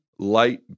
Light